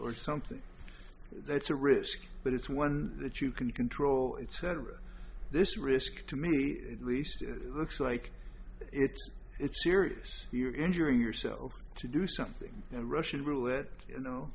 or something that's a risk but it's one that you can control it's had or this risk to me at least it looks like it's it's serious you're injuring yourself over to do something and russian roulette you know